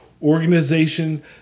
organization